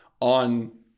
on